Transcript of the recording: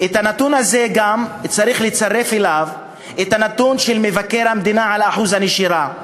והנתון הזה גם צריך לצרף אליו את הנתון של מבקר המדינה על אחוז הנשירה,